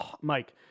Mike